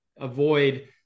avoid